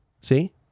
See